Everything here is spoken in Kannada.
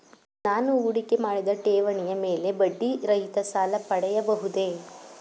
ನಾನು ಹೂಡಿಕೆ ಮಾಡಿದ ಠೇವಣಿಯ ಮೇಲೆ ಬಡ್ಡಿ ರಹಿತ ಸಾಲ ಪಡೆಯಬಹುದೇ?